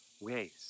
ways